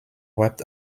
wrapped